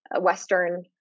Western